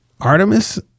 Artemis